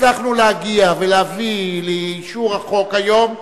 הצלחנו להגיע ולהביא לאישור החוק היום,